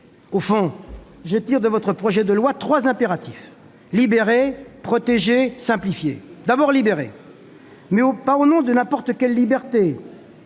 Au fond, je déduis de votre projet de loi trois impératifs : libérer, protéger, simplifier. D'abord, ce texte vise à libérer, mais pas au nom de n'importe quelle liberté,